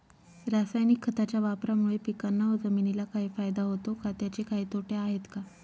रासायनिक खताच्या वापरामुळे पिकांना व जमिनीला काही फायदा होतो का? त्याचे काही तोटे आहेत का?